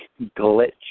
glitch